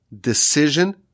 decision